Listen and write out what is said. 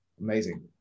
amazing